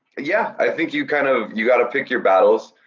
yeah, i think you kind of, you gotta pick your battles.